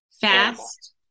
fast